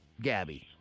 Gabby